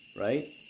right